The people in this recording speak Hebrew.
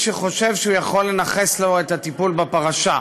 שחושב שהוא יכול לנכס לו את הטיפול בפרשה.